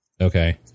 okay